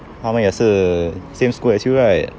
她们也是 same school as you right